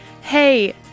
Hey